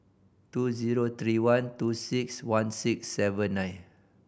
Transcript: two zero three one two six one six seven nine